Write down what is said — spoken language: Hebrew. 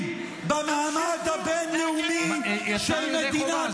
שראש הממשלה שלכם לא יודע לעצור